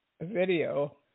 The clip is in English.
video